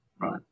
Right